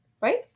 Right